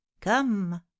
come